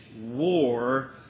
war